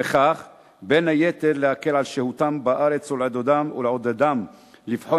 וכך בין היתר להקל על שהותם בארץ ולעודדם לבחון